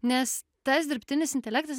nes tas dirbtinis intelektas